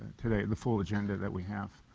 today, the full agenda that we have.